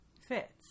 fits